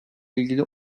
ilgili